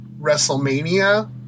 WrestleMania